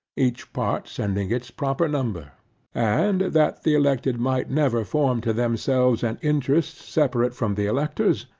each part sending its proper number and that the elected might never form to themselves an interest separate from the electors,